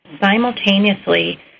simultaneously